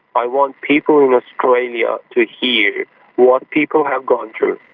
i want people in australia to hear what people have gone through.